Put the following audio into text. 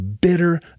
bitter